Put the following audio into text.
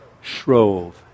Shrove